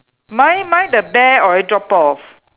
mine mine the bear already drop off